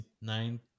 nine